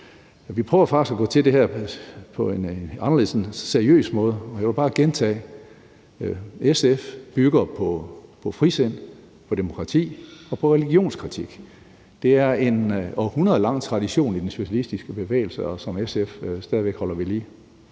Vi prøver faktisk at gå til det her på en anderledes og seriøs måde, og jeg vil bare gentage: SF bygger på frisind, på demokrati og på religionskritik. Det er en århundredelang tradition i den socialistiske bevægelse og en, som SF stadig væk holder ved